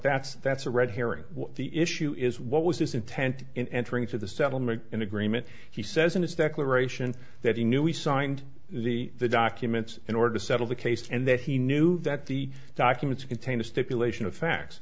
that's that's a red herring the issue is what was his intent in entering into the settlement agreement he says in his declaration that he knew he signed the the documents in order to settle the case and that he knew that the documents contain a stipulation of facts